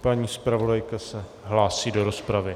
Paní zpravodajka se hlásí do rozpravy.